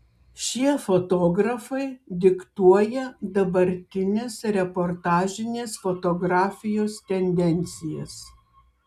šie fotografai diktuoja dabartinės reportažinės fotografijos tendencijas